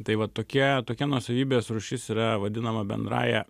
tai va tokia tokia nuosavybės rūšis yra vadinama bendrąja